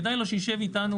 כדאי לו שישב איתנו